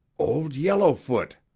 old yellowfoot!